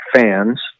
fans